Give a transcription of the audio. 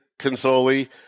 Consoli